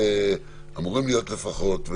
אמורים להיות לפחות,